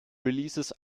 releases